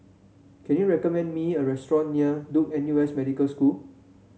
can you recommend me a restaurant near Duke N U S Medical School